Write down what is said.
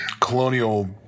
colonial